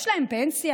יש להם פנסיה,